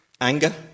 anger